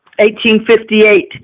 1858